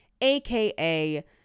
aka